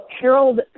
Harold